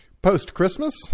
Post-Christmas